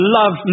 love